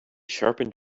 sharpened